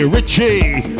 Richie